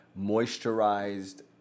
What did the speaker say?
moisturized